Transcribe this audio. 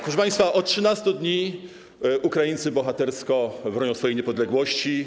Proszę państwa, od 13 dni Ukraińcy bohatersko bronią swojej niepodległości.